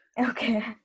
Okay